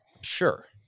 sure